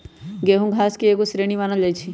गेहूम घास के एगो श्रेणी मानल जाइ छै